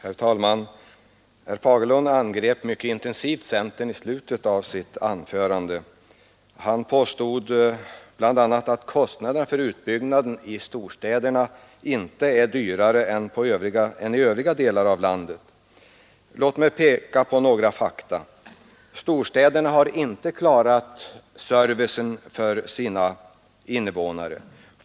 Herr talman! Herr Fagerlund angrep centern mycket intensivt i slutet av sitt anförande. Han påstod bl.a. att kostnaden för utbyggnaden i storstäderna inte är högre än i övriga delar av landet. Låt mig peka på några fakta. Storstäderna har av ekonomiska skäl inte klarat servicen för sina invånare.